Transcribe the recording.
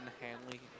Hanley